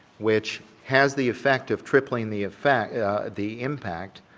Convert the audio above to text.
which has the effect of tripling the effect yeah the impact